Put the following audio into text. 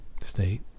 state